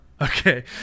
okay